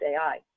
AI